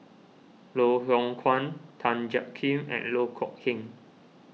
Loh Hoong Kwan Tan Jiak Kim and Loh Kok Heng